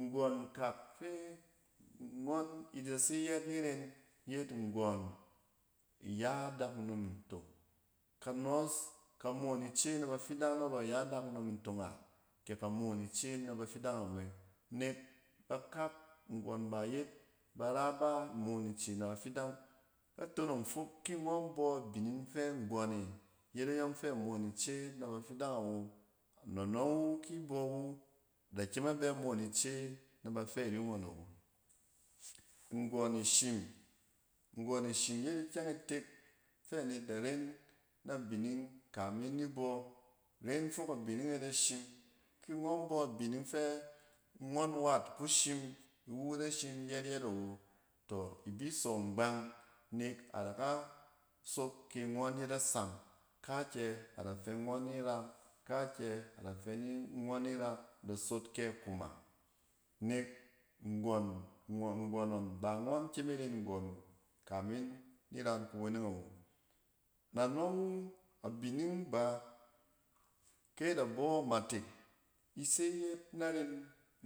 Nggↄn kak fɛ ngↄn ida se yɛɛt ni ren yet nggↄn iya dakunom ntong. Ka nↄↄs, ka moon ise na bafidang narↄ ya dakunom ntong a ke ka moon ice na bafiddang awɛ nek bakak nggↄn ba yet bar aba moon ice na bafidang. A tonong fok ki ngↄn bↄ abining ↄng fi nggↄn e yet a yↄng fɛ moon ice na bafidang awo na nↄng wu ki bↄ wu, adakyem a bɛ moon ice na bafɛ ri ngↄn awo. Nggↄn ishim, nggↄn ishim yet ikyɛng itek fɛ anet da ran na bining kamin ni bↄ. Ren fok abining e da shim, ki ngↄn bↄ abining fɛ ngↄn wat kushim, iuw da shim yɛt-yɛt awa to ibi so ngbang nek adaka sok ki ngↄ yet a sam. Kaakyɛ, ada fɛ ngↄn ni ra, kaakyɛ ada fɛ ngↄn ni ra. Da sot kɛ akuma nek nggↄn ngↄn, nggↄn ngↄn ba ngↄn kyem iren nggↄn wu kamin ni ran kuweneng awo. Na anↄng wu abining ba kɛ ada bↄ amatek, ise yɛɛt na ren